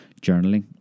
journaling